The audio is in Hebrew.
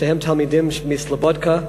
שניהם תלמידים מסלובודקה,